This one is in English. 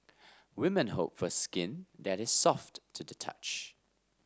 women hope for skin that is soft to the touch